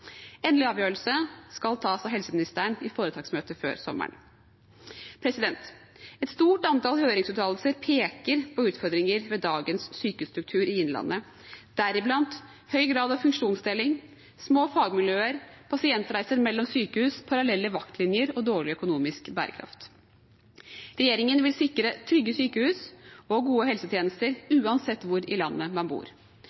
Endelig avgjørelse skal tas av helseministeren i foretaksmøte før sommeren. Et stort antall høringsuttalelser peker på utfordringer ved dagens sykehusstruktur i Innlandet, deriblant høy grad av funksjonsdeling, små fagmiljøer, pasientreiser mellom sykehus, parallelle vaktlinjer og dårlig økonomisk bærekraft. Regjeringen vil sikre trygge sykehus og gode helsetjenester